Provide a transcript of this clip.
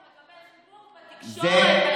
הוא מקבל חיבוק בתקשורת,